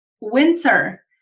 winter